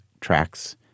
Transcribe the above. tracks